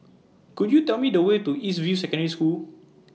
Could YOU Tell Me The Way to East View Secondary School